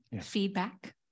Feedback